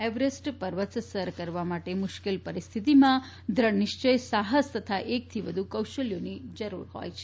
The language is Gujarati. એવરેસ્ટ પર્વત સર કરવા માટે મુશ્કેલ પરિસ્થિતિમાં દેઢ નિશ્વય સાહસ તથા એકથી વધુ કોશલ્યોની જરૂર હોય છે